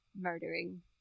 murdering